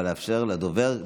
אבל לאפשר לדובר,